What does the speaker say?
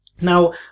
Now